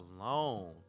alone